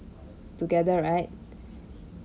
together right